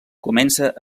comença